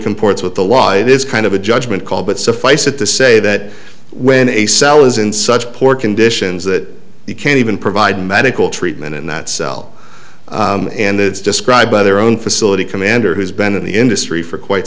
comports with the why this kind of a judgment call but suffice it to say that when a cell is in such poor conditions that you can't even provide medical treatment in that cell and it's described by their own facility commander who's been in the industry for quite